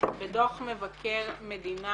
בדוח מבקר המדינה